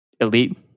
elite